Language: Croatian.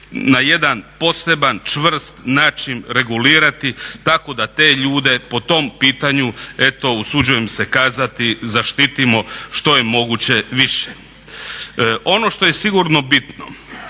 na jedan poseban čvrst način regulirati tako da te ljude po tom pitanju eto usuđujem se kazati zaštitimo što je moguće više. Ono što je sigurno bitno